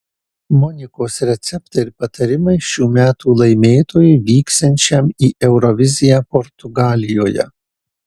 monikos receptai ir patarimai šių metų laimėtojui vyksiančiam į euroviziją portugalijoje